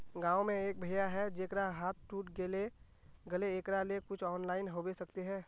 गाँव में एक भैया है जेकरा हाथ टूट गले एकरा ले कुछ ऑनलाइन होबे सकते है?